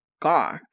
gawk